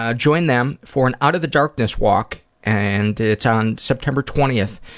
ah join them for an out of the darkness walk and it's on september twentieth.